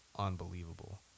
Unbelievable